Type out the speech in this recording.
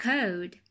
Code